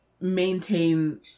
maintain